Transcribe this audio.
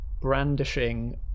brandishing